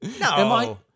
No